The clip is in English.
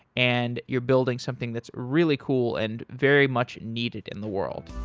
and you're building something that's really cool and very much needed in the world.